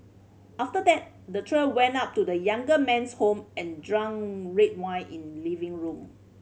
after that the trio went up to the younger man's home and drank red wine in living room